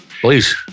please